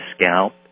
scalp